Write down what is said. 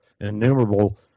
innumerable